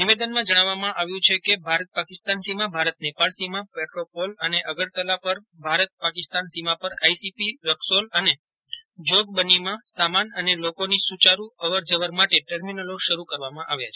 નિવેદનમાં જજ્ઞાવવામાં આવ્યું છે કે ભારત પાકિસ્તાન સીમા ભારત નેપાળ સીમા પેટ્રાપોલ અને અગરતલા પર ભારત પાકિસ્તાન સીમા પર આઈસીપી રકસૌલ અને જોગબનીમાં સામાન અને લોકોની સુચારૂ અવર જવર માટે ટર્મિનલો શરૂ કરવામાં આવ્યા છે